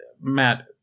matt